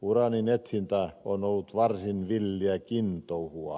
uraanin etsintä on ollut varsin villiäkin touhua